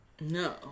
No